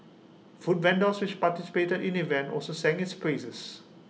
food vendors which participated in the event also sang its praises